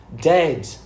dead